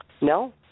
No